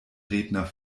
redner